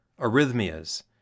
arrhythmias